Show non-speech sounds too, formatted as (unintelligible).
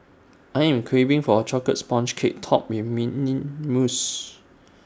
I am craving for A Chocolate Sponge Cake Topped with mint (unintelligible) mousse